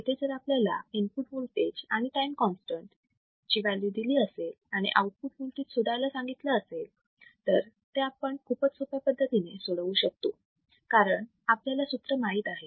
इथे जर आपल्याला इनपुट वोल्टेज आणि टाईम कॉन्स्टंट ची व्हॅल्यू दिली असेल आणि आऊटपुट वोल्टेज शोधायला सांगितलं असेल तर ते आपण खूपच सोप्या पद्धतीने सोडवू शकतो कारण आपल्याला सूत्र माहित आहे